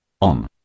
on